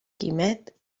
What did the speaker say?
quimet